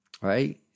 Right